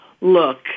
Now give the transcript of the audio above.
Look